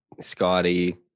Scotty